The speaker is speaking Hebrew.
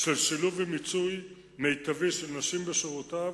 של שילוב ומיצוי מיטבי של נשים בשירותיו,